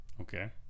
Okay